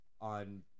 on